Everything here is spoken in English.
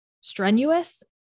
strenuous